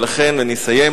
ולכן, אני אסיים,